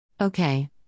Okay